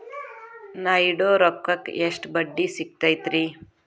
ನಾ ಇಡೋ ರೊಕ್ಕಕ್ ಎಷ್ಟ ಬಡ್ಡಿ ಸಿಕ್ತೈತ್ರಿ?